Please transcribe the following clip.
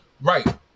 Right